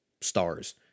stars